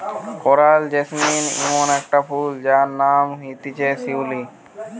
coral jasmine ইমন একটা ফুল যার নাম হতিছে শিউলি